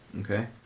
Okay